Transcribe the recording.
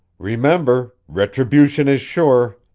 remember retribution is sure!